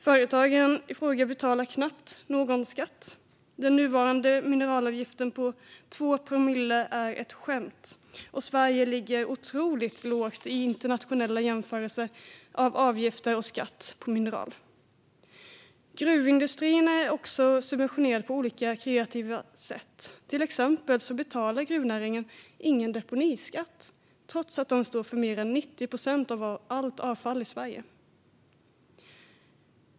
Företagen i fråga betalar knappt någon skatt. Den nuvarande mineralavgiften på 2 promille är ett skämt, och Sverige ligger otroligt lågt i internationella jämförelser av avgifter och skatter på mineraler. Gruvindustrin är också subventionerad på olika kreativa sätt. Till exempel betalar gruvnäringen ingen deponiskatt, trots att den står för mer än 90 procent av allt avfall i Sverige.